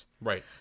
Right